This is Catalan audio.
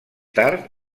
tard